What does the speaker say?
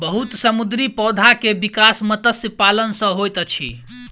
बहुत समुद्री पौधा के विकास मत्स्य पालन सॅ होइत अछि